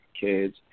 kids